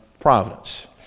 providence